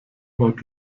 baut